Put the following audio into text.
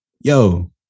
Yo